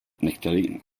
nektarin